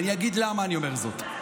ואני אגיד למה אני אומר זאת.